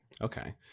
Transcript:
Okay